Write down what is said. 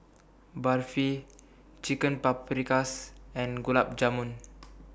Barfi Chicken Paprikas and Gulab Jamun